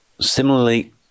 Similarly